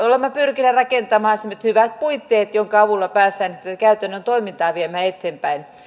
olemme pyrkineet rakentamaan semmoiset hyvät puitteet joidenka avulla päästään tätä käytännön toimintaa viemään eteenpäin